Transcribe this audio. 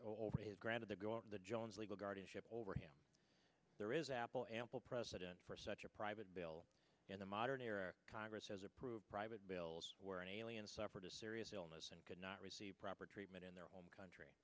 over is granted to go out of the jones legal guardianship over here there is apple ample precedent for such a private bill in the modern era congress has approved private bills where an alien suffered a serious illness and could not receive proper treatment in their home country